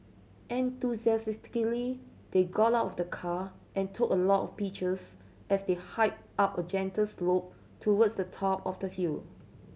enthusiastically they got out of the car and took a lot of pictures as they hiked up a gentle slope towards the top of the hill